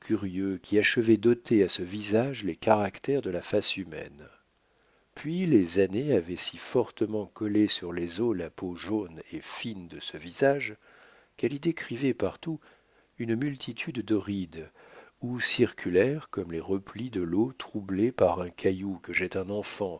qui achevaient d'ôter à ce visage les caractères de la face humaine puis les années avaient si fortement collé sur les os la peau jaune et fine de ce visage qu'elle y décrivait partout une multitude de rides ou circulaires comme les replis de l'eau troublée par un caillou que jette un enfant